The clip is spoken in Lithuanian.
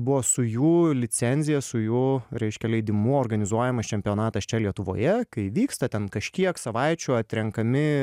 buvo su jų licenzija su jų reiškia leidimu organizuojamas čempionatas čia lietuvoje kai vyksta ten kažkiek savaičių atrenkami